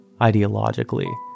ideologically